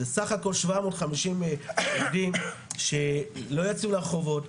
זה סך-הכל 150 עובדים שלא יצאו לרחובות,